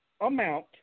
amount